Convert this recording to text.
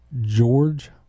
George